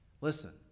Listen